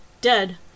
Dead